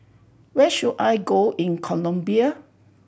where should I go in Colombia